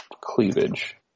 cleavage